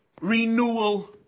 renewal